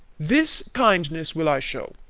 this kindness will i show.